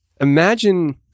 Imagine